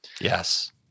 Yes